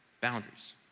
boundaries